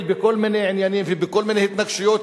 בכל מיני עניינים ובכל מיני התנגשויות,